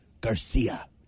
Garcia